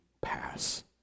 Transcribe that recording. pass